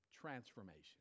transformation